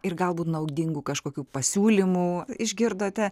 ir galbūt naudingų kažkokių pasiūlymų išgirdote